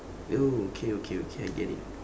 oh okay okay okay I get it